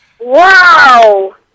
Wow